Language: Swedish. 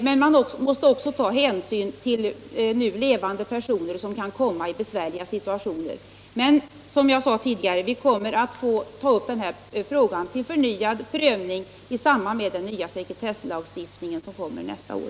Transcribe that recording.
Men man måste dessutom ta hänsyn till nu levande personer som kan råka i besvärliga situationer. Som jag sade tidigare kommer vi emellertid att få tillfälle att ta upp den här frågan till förnyad prövning i samband med den nya sekretesslagstiftningen nästa år.